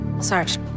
Sarge